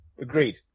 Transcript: agreed